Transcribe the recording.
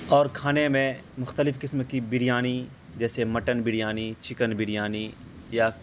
اور کھانے میں مختلف قسم کی بریانی جیسے مٹن بریانی چکن بریانی یا